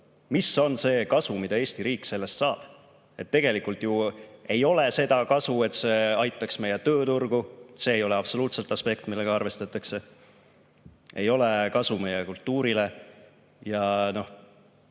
Mis on see kasu, mida Eesti riik sellest saab? Tegelikult ju ei ole seda kasu, et see aitaks meie tööturgu, see ei ole absoluutselt aspekt, millega arvestataks. Ei ole kasu meie kultuurile.